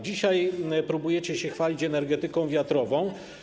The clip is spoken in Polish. Dzisiaj próbujecie się chwalić energetyką wiatrową.